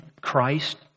Christ